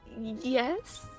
Yes